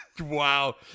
Wow